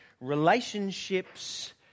relationships